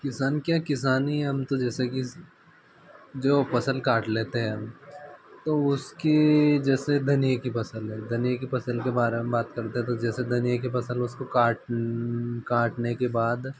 किसान के यहाँ किसानी हम तो जैसे कि जो फसल काट लेते हैं तो उसकी जैसे धनिए की फसल है धनिए की फसल के बारे में बात करते हैं तो जैसे कि धनिए की फसल है उसको काट काटने के बाद